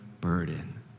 burden